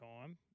time